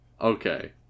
Okay